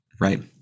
Right